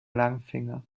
langfinger